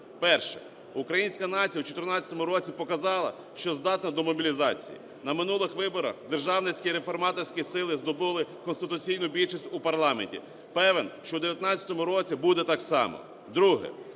Перше. Українська нація у 14-му році показала, що здатна до мобілізації. На минулих виборах державницькі реформаторські сили здобули конституційну більшість у парламенті. Певен, що в 19-му році буде так само.